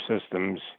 systems